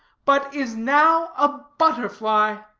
but is now a butterfly.